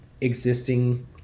existing